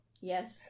Yes